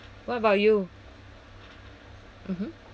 what about you mmhmm